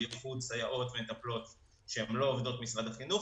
בייחוד סייעות ומטפלות שהן לא עובדות משרד החינוך,